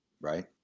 right